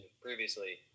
previously